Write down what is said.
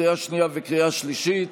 לקריאה שנייה וקריאה שלישית.